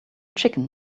chicken